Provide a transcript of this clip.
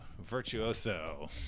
virtuoso